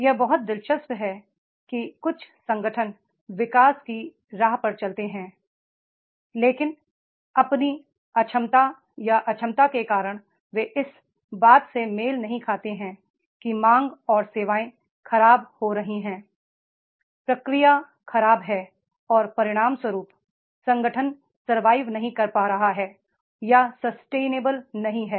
यह बहुत दिलचस्प है कि कुछ संगठन विकास की राह पर चलते हैं लेकिन अपनी अक्षमता या अक्षमता के कारण वे इस बात से मेल नहीं खाते हैं कि मांग और सेवाएं खराब हो रही हैं प्रतिक्रिया खराब है और परिणाम स्वरूप संगठन सरवाइव नहीं कर पा रह हैं या सस्टेनेबल नहीं है